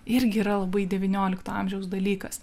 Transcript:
irgi yra labai devyniolikto amžiaus dalykas